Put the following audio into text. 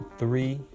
three